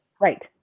Right